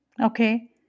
okay